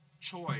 choice